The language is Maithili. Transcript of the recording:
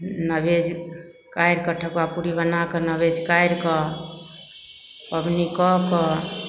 नैवेद्य काढ़िके ठकुआ पूड़ी बनाके नैवेद्य काढ़िकऽ पबनी कऽ कऽ